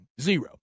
Zero